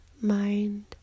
Mind